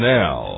now